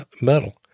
metal